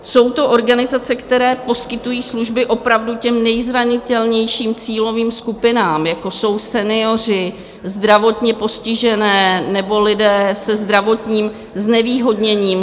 Jsou to organizace, které poskytují služby opravdu těm nejzranitelnějším cílovým skupinám, jako jsou senioři, zdravotně postižení nebo lidé se zdravotním znevýhodněním.